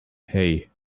hey